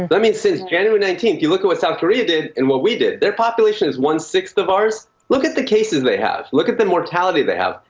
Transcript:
let me say this january nineteenth. you look at what south korea did and what we did. their population is one six of ours. look at the cases they have. look at the mortality they have.